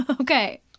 Okay